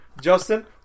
Justin